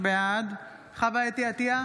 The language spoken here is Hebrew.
בעד חוה אתי עטייה,